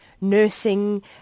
nursing